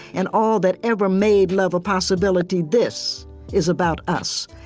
and all that ever made love a possibility, this is about us,